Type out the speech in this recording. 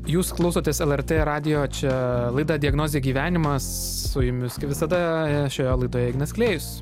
jūs klausotės lrt radijo čia laida diagnozė gyvenimas su jumis kaip visada šioje laidoje ignas klėjus